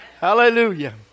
Hallelujah